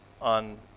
on